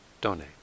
donate